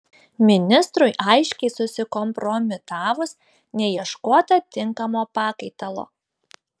ministrui aiškiai susikompromitavus neieškota tinkamo pakaitalo